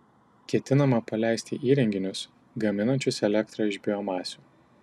ketinama paleisti įrenginius gaminančius elektrą iš biomasių